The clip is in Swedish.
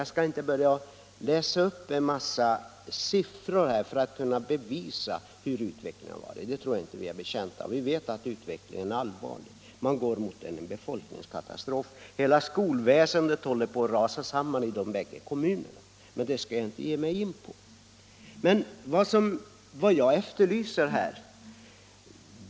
Jag skall inte läsa upp en mängd siffror för att visa hur utvecklingen varit. Det tror jag inte att vi är betjänta av. Vi vet att den är allvarlig och att man går emot en befolkningskatastrof. Hela skolväsendet håller på att rasa samman i de båda kommunerna, men det skall jag inte ge mig närmare in på. Vad jag efterlyser är nya arbetstillfällen.